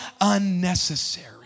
unnecessary